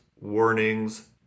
warnings